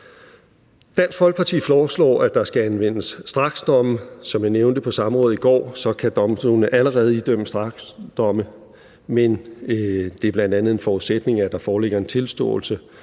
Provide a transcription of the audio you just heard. Dansk Folkeparti foreslår, at der skal anvendes straksdomme. Som jeg nævnte på samrådet i går, kan domstolene allerede idømme straksdomme, men det er bl.a. en forudsætning, at der foreligger en tilståelse,